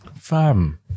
Fam